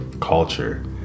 culture